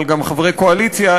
אבל גם חברי קואליציה,